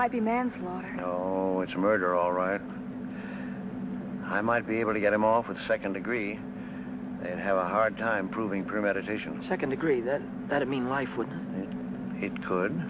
might be manslaughter oh it's murder all right i might be able to get him off with second degree and have a hard time proving premeditation to second degree that that i mean life with it could